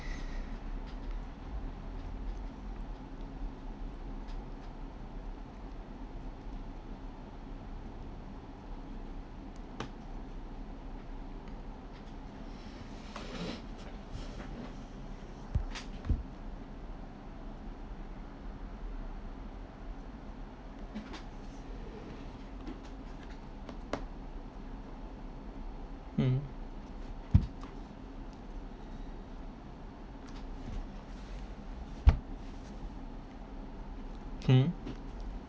mm hmm